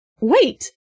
Wait